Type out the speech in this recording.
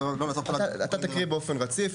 אתה תקריא באופן רציף.